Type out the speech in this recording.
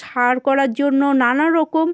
সার করার জন্য নানারকম